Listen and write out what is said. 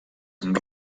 amb